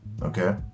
Okay